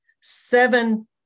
seven